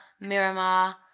Miramar